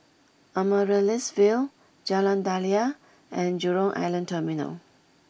Amaryllis Ville Jalan Daliah and Jurong Island Terminal